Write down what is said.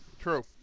True